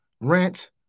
rent